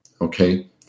Okay